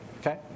okay